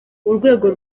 urwego